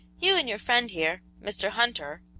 you and your friend here, mr. hunter,